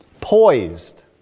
poised